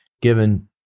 given